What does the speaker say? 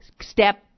step